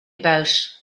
about